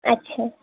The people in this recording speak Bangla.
আচ্ছা